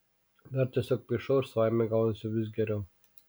dabar tiesiog paišau ir savaime gaunasi vis geriau